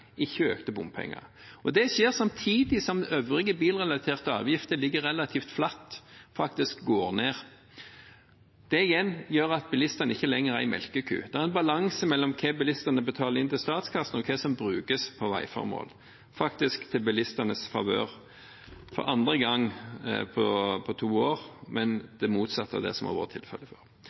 ikke med økte bompenger. Det skjer samtidig som øvrige bilrelaterte avgifter ligger relativt flatt – faktisk går ned. Det igjen gjør at bilistene ikke lenger er en melkeku. Det er en balanse mellom hva bilistene betaler inn til statskassen, og hva som brukes til veiformål – faktisk i bilistenes favør for andre gang på to år, men det motsatte av det som har vært tilfellet før.